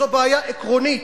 זאת בעיה עקרונית,